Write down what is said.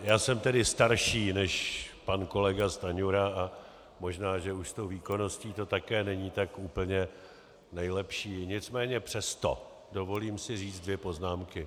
Já jsem tedy starší než pan kolega Stanjura a možná že už s tou výkonností není tak úplně nejlepší, nicméně přesto si dovolím říct dvě poznámky.